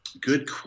good